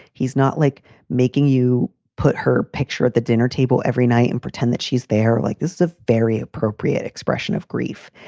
he's not like making you put her picture at the dinner table every night and pretend that she's there. like this is a very appropriate expression of grief.